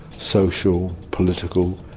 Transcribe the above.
social, political,